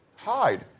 hide